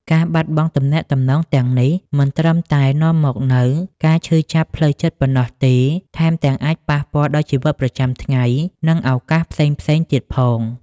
ការបាត់បង់ទំនាក់ទំនងទាំងនេះ មិនត្រឹមតែនាំមកនូវការឈឺចាប់ផ្លូវចិត្តប៉ុណ្ណោះទេ ថែមទាំងអាចប៉ះពាល់ដល់ជីវិតប្រចាំថ្ងៃ និងឱកាសផ្សេងៗទៀតផង។